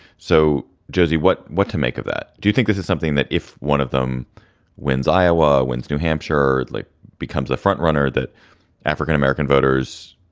so, josie, what what to make of that? do you think this is something that if one of them wins iowa, wins new hampshire, lee becomes a front runner, that african-american voters